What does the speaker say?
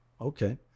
Okay